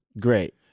great